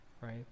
right